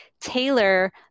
tailor